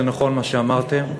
זה נכון מה שאמרתם,